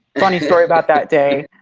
funny story about that day,